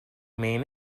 mean